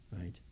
right